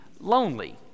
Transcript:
lonely